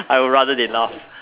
I would rather they laugh